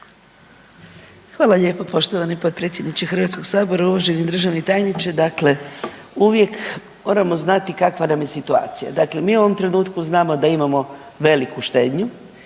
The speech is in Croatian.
Hvala lijepa poštovani potpredsjedniče HS-a. Uvaženi državni tajniče. Dakle, uvijek moramo znati kakva nam je situacija, dakle mi u ovom trenutku znamo da imamo veliku štednju,